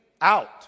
out